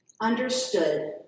Understood